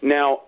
Now